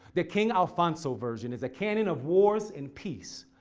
the king alfonso version, is a canon of wars and peace.